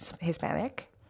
Hispanic